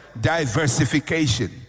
diversification